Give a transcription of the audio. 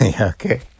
okay